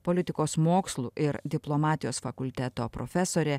politikos mokslų ir diplomatijos fakulteto profesorė